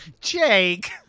Jake